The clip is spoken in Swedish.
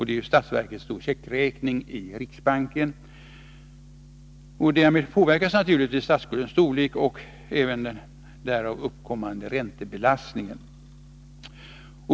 Det gäller statsverkets checkräkning i riksbanken. Detta påverkar naturligtvis statsskuldens storlek och den därav uppkommande räntebelastningen.